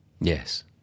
Yes